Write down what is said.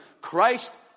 Christ